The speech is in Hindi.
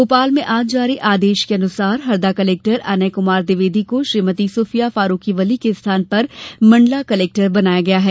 भोपाल में आज जारी आदेश के अनुसार हरदा कलेक्टर अनय कुमार द्विवेदी को श्रीमती सूफिया फारुकी वली के स्थान पर मंडला का कलेक्टर बनाया गया है